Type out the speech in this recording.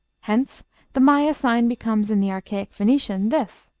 hence the maya sign becomes in the archaic phoenician this.